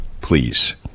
Please